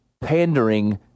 pandering